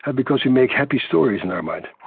ah because we make happy stories in our mind.